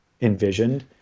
envisioned